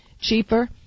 cheaper